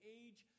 age